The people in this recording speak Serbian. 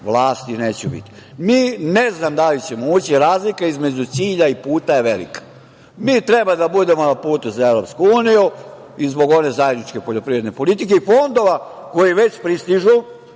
vlasti neću biti. Mi, ne znam da li ćemo ući, jer razlika između cilja i puta je velika. Mi treba da budemo na putu za EU i zbog ove zajedničke poljoprivredne politike i fondova koji već pristižu.